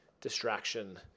Distraction